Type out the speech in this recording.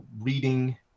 reading